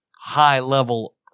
high-level